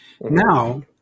Now